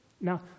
Now